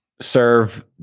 serve